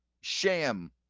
sham